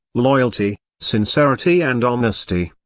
loyalty, sincerity and honesty.